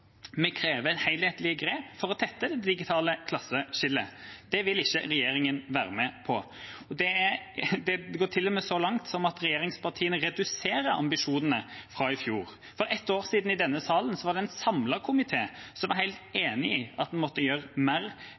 Vi krever et helhetlig grep for å tette det digitale klasseskillet. Det vil ikke regjeringa være med på. Det går til og med så langt at regjeringspartiene reduserer ambisjonene fra i fjor. For et år siden, i denne salen, var en samlet komité helt enige om at en måtte gjøre mer